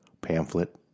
pamphlet